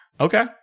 Okay